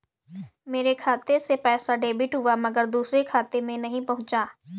मेरे खाते से पैसा डेबिट हुआ मगर दूसरे खाते में नहीं पंहुचा